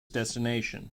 destination